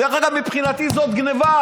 דרך אגב, מבחינתי זאת גנבה.